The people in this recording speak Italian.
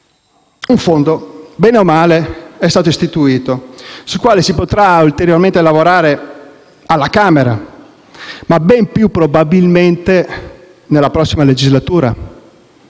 un fondo - bene o male - è stato istituito. Su di esso si potrà ulteriormente lavorare alla Camera ma, ben più probabilmente, nella prossima legislatura.